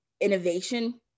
innovation